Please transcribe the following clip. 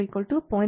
17 V